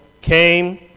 came